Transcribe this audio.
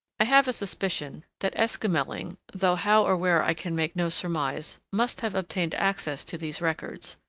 i have a suspicion that esquemeling though how or where i can make no surmise must have obtained access to these records,